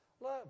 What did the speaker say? Love